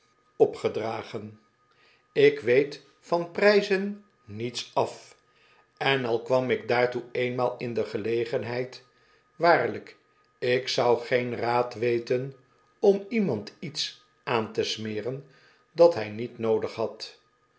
opgedragen ik weet van prijzen niets af en al kwam ik daartoe eenmaal in de gelegenheid waarlijk ik zou geen raad weten om iemand iets aan te smeren dat hij niet noodig had